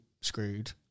screwed